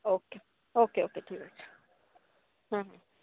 ওকে okay okay ঠিক আছে হুম